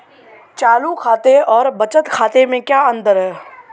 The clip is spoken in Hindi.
चालू खाते और बचत खाते में क्या अंतर है?